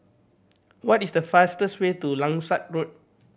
what is the fastest way to Langsat Road